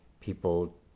people